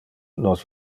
nos